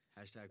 Hashtag